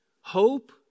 Hope